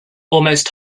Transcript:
almost